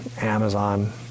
Amazon